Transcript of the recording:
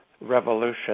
revolution